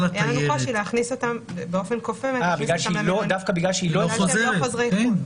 היה לנו קושי להכניס אותם באופן כופה כי הם לא חוזרי חו"ל.